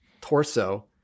torso